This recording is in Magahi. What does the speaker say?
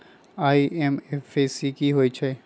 आई.एम.पी.एस की होईछइ?